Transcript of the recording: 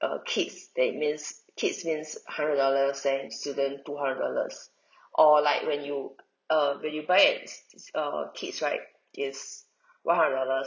uh kids it means kids means hundred dollars then student two hundred dollars or like when you err when you buy at is is err kids right is one hundred dollars